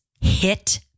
hit